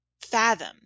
fathom